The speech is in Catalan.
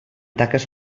taques